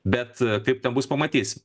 bet kaip ten bus pamatysim